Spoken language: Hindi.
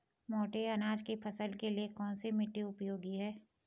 मोटे अनाज की फसल के लिए कौन सी मिट्टी उपयोगी है?